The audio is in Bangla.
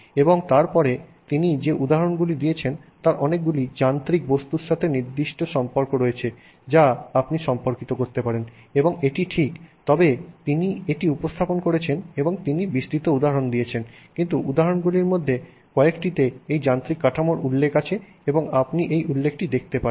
এবং তারপরে তিনি যে উদাহরণগুলি দিয়েছিলেন তার অনেকগুলি যান্ত্রিক বস্তুর সাথে নির্দিষ্ট সম্পর্ক রয়েছে যা আপনি সম্পর্কিত করতে পারেন এবং এটি ঠিক তবে তিনি এটি উপস্থাপন করেছেন এবং তিনি বিস্তৃত উদাহরণ দিয়েছেন কিন্তু উদাহরণগুলির মধ্যে কয়েকটিতে এই যান্ত্রিক কাঠামোর উল্লেখ আছে এবং আপনি এই উল্লেখটি দেখতে পারেন